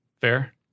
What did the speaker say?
Fair